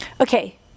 Okay